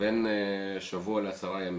בין שבוע לעשרה ימים.